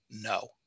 no